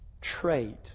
trait